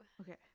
Okay